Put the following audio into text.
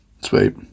Sweet